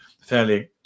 fairly